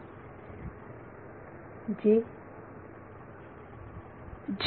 विद्यार्थी J